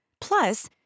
Plus